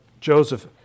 Joseph